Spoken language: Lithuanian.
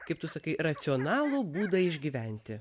kaip tu sakai racionalų būdą išgyventi